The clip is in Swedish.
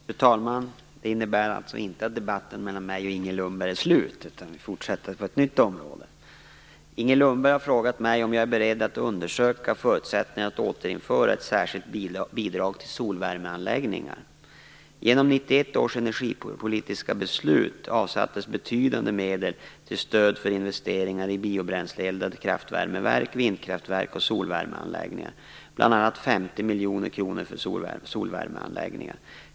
Fru talman! Debatten mellan Inger Lundberg och mig är dock inte slut, utan vi fortsätter på ett nytt område. Inger Lundberg har frågat mig om jag är beredd att undersöka förutsättningarna att återinföra ett särskilt bidrag till solvärmeanläggningar. avsattes betydande medel till stöd för investeringar i biobränsleeldade kraftvärmeverk, vindkraftverk och solvärmeanläggningar, bl.a. 50 miljoner kronor för solvärmeanläggningar.